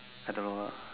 I don't know